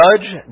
judge